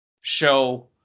show